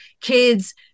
kids